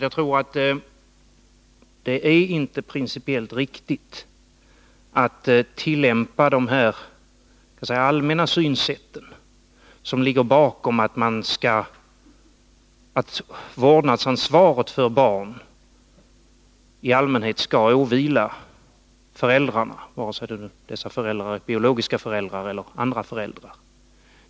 Jag tror inte att det är principiellt riktigt att tillämpa det så att säga allmänna synsätt som ligger bakom uppfattningen att vårdnadsansvaret för barn i allmänhet bör åvila föräldrarna vare sig dessa föräldrar är biologiska föräldrar eller andra föräldrar.